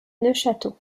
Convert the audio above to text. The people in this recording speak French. neufchâteau